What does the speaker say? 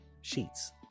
sheets